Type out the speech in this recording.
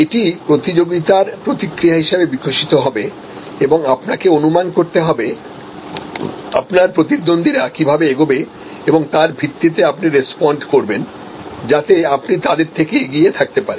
এটি প্রতিযোগিতার প্রতিক্রিয়া হিসাবে বিকশিত হবে এবং আপনাকে অনুমান করতে হবে আপনার প্রতিদ্বন্দ্বীরা কিভাবে এগোবে এবং তার ভিত্তিতে আপনি রেসপন্স করবেন যাতে আপনি তাদের থেকে এগিয়ে থাকতে পারেন